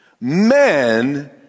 Men